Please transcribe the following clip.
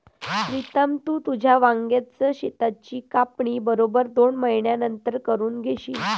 प्रीतम, तू तुझ्या वांग्याच शेताची कापणी बरोबर दोन महिन्यांनंतर करून घेशील